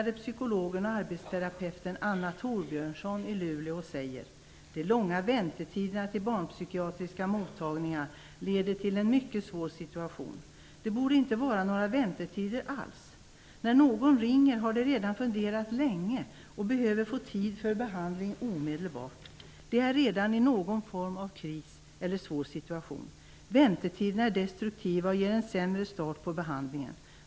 De långa väntetiderna till barnpsykiatriska mottagningarna leder till en mycket svår situation. Det borde inte vara några väntetider alls. När någon ringer har de redan funderat länge och behöver få tid för behandling omedelbart. De är redan i någon form av kris eller svår situation. Väntetiderna är destruktiva och ger en sämre start på behandlingen.